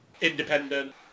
independent